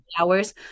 hours